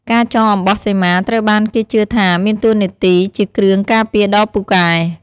ការចងអំបោះសីមាត្រូវបានគេជឿថាមានតួនាទីជាគ្រឿងការពារដ៏ពូកែ។